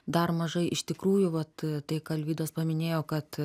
dar mažai iš tikrųjų vat tai ką alvydas paminėjo kad